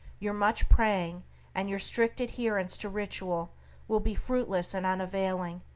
your much praying and your strict adherence to ritual will be fruitless and unavailing,